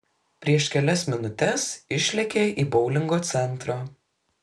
prieš kelias minutes išlėkė į boulingo centrą